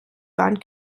wand